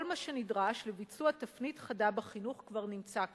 כל מה שנדרש לביצוע תפנית חדה בחינוך כבר נמצא כאן.